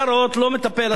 השר ב"הוט" לא מטפל,